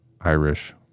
Irish